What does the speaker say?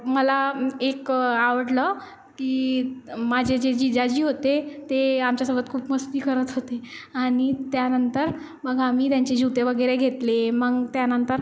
मला एक आवडलं की माझे जे जिजाजी होते ते आमच्यासोबत खूप मस्ती करत होते आणि त्यानंतर मग आम्ही त्यांचे जूते वगैरे घेतले मग त्यानंतर